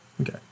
Okay